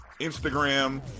Instagram